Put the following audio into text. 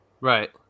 Right